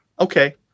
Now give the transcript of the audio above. Okay